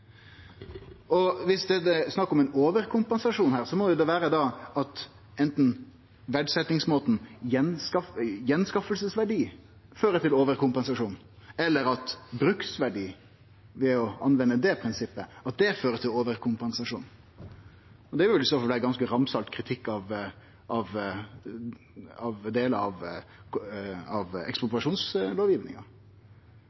Viss det er snakk om ein overkompensasjon, må det vere anten at verdsetjingsmåten, gjenskaffingsverdien, fører til overkompensasjon, eller at bruksverdien ved å anvende det prinsippet fører til overkompensasjon. Det vil i så fall vere ganske ramsalt kritikk av delar av